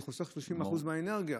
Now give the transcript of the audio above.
זה חוסך 30% מהאנרגיה.